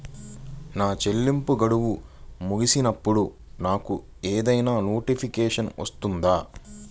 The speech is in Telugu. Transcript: నా చెల్లింపు గడువు ముగిసినప్పుడు నాకు ఏదైనా నోటిఫికేషన్ వస్తుందా?